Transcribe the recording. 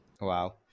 Wow